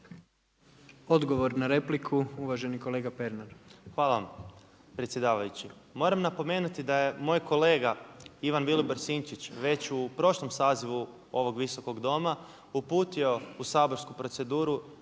Odgovor na repliku, uvaženi kolega Pernar. **Pernar, Ivan (Abeceda)** Hvala vam predsjedavajući. Moram napomenuti da je moj kolega Ivan Vilibor Sinčić već u prošlom sazivu ovog Visokog doma uputio u saborsku proceduru